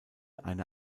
eine